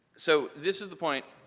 so this is the point,